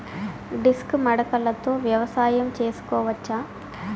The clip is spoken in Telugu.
డిస్క్ మడకలతో వ్యవసాయం చేసుకోవచ్చా??